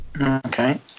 okay